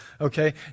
Okay